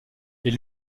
est